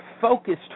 focused